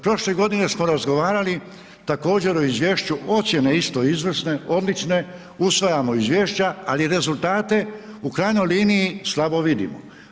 Prošle godine smo razgovarali, također o izvješću, ocjene isto izvrsne, odlične, usvajamo izvješća, ali rezultate, u krajnjoj liniji, slabo vidimo.